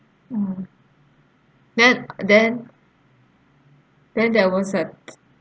mm that then then there was a